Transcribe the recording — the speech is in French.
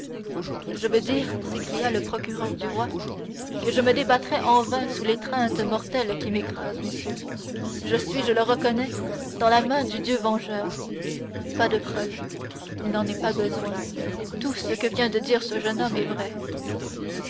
je veux dire s'écria le procureur du roi que je me débattrais en vain sous l'étreinte mortelle qui m'écrase messieurs je suis je le reconnais dans la main du dieu vengeur pas de preuves il n'en est pas besoin tout ce que vient de dire ce jeune homme est vrai